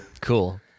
Cool